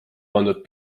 pandud